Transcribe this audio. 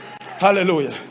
hallelujah